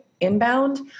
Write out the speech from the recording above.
inbound